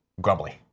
Grumbly